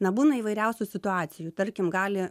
na būna įvairiausių situacijų tarkim gali